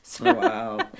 wow